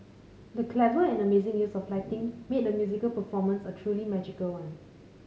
the clever and amazing use of lighting made a musical performance a truly magical one